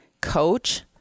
coach